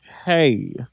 Hey